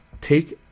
take